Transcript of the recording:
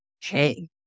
Hey